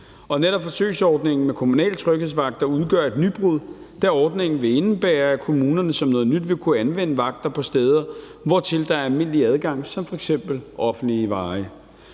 Netop forsøgsordningen med kommunale tryghedsvagter udgør et nybrud, da ordningen vil indebære, at kommunerne som noget nyt vil kunne anvende vagter på steder, hvortil der er almindelig adgang, som f.eks. offentlige veje.